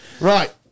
right